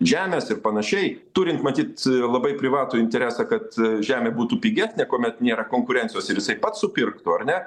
žemės ir panašiai turint matyt labai privatų interesą kad žemė būtų pigesnė kuomet nėra konkurencijos ir jisai pats supirktų ar ne